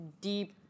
deep